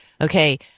okay